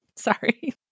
Sorry